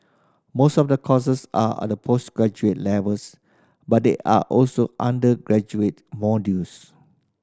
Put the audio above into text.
most of the courses are at the postgraduate levels but there are also undergraduate modules